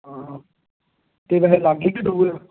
ਹਾਂ ਅਤੇ ਵੈਸੇ ਲਾਗੇ ਕੇ ਦੂਰ